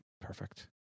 perfect